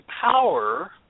power